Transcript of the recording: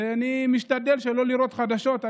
ואני גם משתדל לא לראות חדשות,